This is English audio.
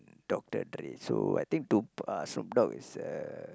Doctor-Dre so I think Tup~ uh Snoop-Dogg is a